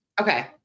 Okay